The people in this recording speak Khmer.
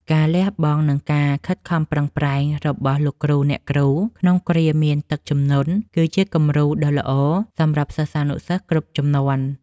ការលះបង់ និងការខិតខំប្រឹងប្រែងរបស់លោកគ្រូអ្នកគ្រូក្នុងគ្រាមានទឹកជំនន់ គឺជាគំរូដ៏ល្អសម្រាប់សិស្សានុសិស្សគ្រប់ជំនាន់។